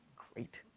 great.